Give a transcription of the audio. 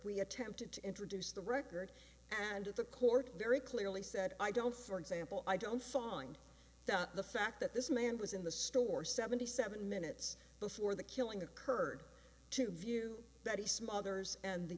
we attempted to introduce the record and at the court very clearly said i don't for example i don't find the fact that this man was in the store seventy seven minutes before the killing occurred to view that he smothers and the